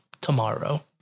Tomorrow